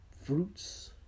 fruits